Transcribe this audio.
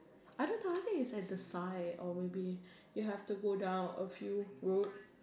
I don't know I think is at the side or maybe you have to go down a few road